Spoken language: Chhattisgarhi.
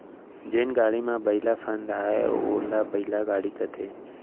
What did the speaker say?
जेन गाड़ी म बइला फंदाये ओला बइला गाड़ी कथें